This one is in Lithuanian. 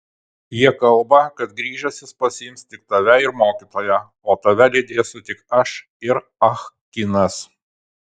jie kalba kad grįžęs jis pasiims tik tave ir mokytoją o tave lydėsiu tik aš ir ah kinas